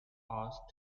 asked